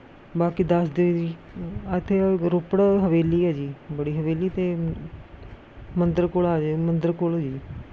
ਬਾਕੀ ਦੱਸ ਦਿਓ ਜੀ ਇੱਥੇ ਓ ਰੋਪੜ ਹਵੇਲੀ ਹੈ ਜੀ ਬੜੀ ਹਵੇਲੀ ਅਤੇ ਮੰਦਰ ਕੋਲ ਆ ਜਿਓ ਮੰਦਰ ਕੋਲ ਹੈ ਜੀ